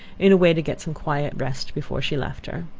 in a way to get some quiet rest before she left her.